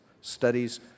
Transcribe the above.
studies